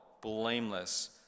blameless